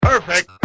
Perfect